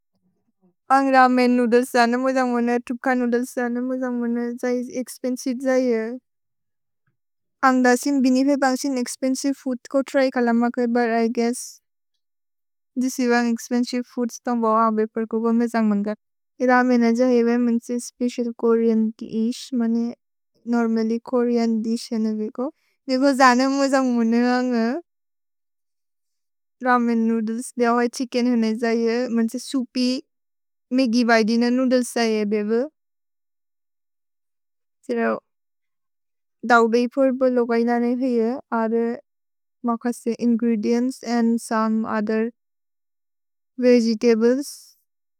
अन्ग् ramen noodles जनेम् मोज मोने। तुख नूद्लेस् जनेम् मोज मोने। जै इस् एक्स्पेन्सिवे जै येह्। अन्ग् दसिम्, बेने वेनिस्ति अद् मेअम् प्रएलेच्तिओनेम्। एक्स्पन्सिवे फूद् को त्र्य् कलम कोइ, but I guess, this even expensive foods तो मोज अबे प्रएलेच्तिओनेम्। मे जनेम् मन्ग। इ रमेन् अज हेवे, मेन्से स्पेचिअल् कोर्यन् कि इश्, मेने नोर्मल्ल्य् कोर्यन् दिश् हेने वेको। ने गो जनेम् मोज मोने, रमेन् नूद्लेस्। द्य होइ छिच्केन् हेने जै येह्। मेन्जे सोउपि, मे गिवै दिन नूद्लेस् जै येह् बेवे। तेरे होइ दौबै फुर् ब लोगै नने भे येह्। आरे मख से ingredients and some other vegetables.